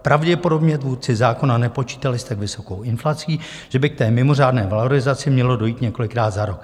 Pravděpodobně tvůrci zákona nepočítali s tak vysokou inflací, že by k té mimořádné valorizaci mělo dojít několikrát za rok.